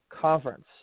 conference